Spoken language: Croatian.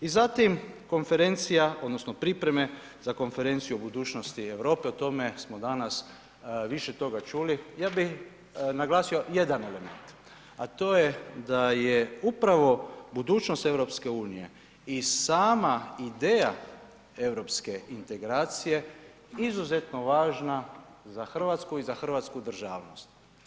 I zatim konferencija odnosno pripreme za konferenciju budućnosti Europe, o tome smo danas više toga čuli, ja bi naglasio jedan element, a to je da je upravo budućnost EU i sama ideja europske integracije izuzetno važna za RH i za hrvatsku državnost.